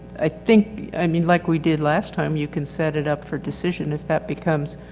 i think i mean like we did last time you can set it up for decision if that becomes,